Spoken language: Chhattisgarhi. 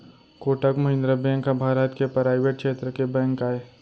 कोटक महिंद्रा बेंक ह भारत के परावेट छेत्र के बेंक आय